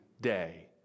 day